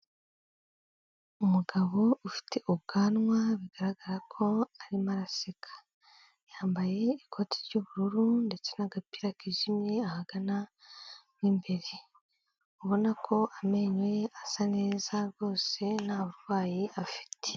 Umugabo ufite ubwanwa bigaragara ko arimo araseka. Yambaye ikoti ry'ubururu ndetse n'agapira kijimye ahagana mo imbere. Ubona ko amenyo ye asa neza rwose nta burwayi afite.